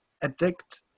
Addict